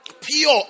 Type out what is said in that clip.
Pure